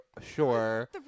sure